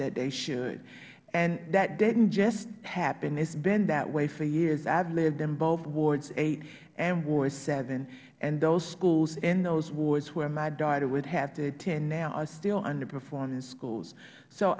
that they should and that didn't just happen it has been that way for years i have lived in both ward eight and ward seven and those schools in those wards where my daughter would have to attend now are still underperforming schools so